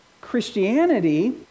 Christianity